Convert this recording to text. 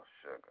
Sugar